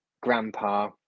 grandpa